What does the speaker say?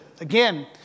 again